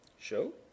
Show